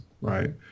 right